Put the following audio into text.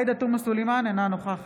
עאידה תומא סלימאן, אינה נוכחת